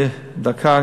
דקה,